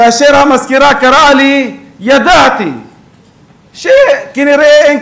כאשר המזכירה קראה לי ידעתי שכנראה אין